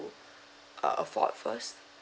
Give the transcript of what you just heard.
uh afford first